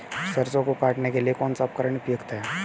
सरसों को काटने के लिये कौन सा उपकरण उपयुक्त है?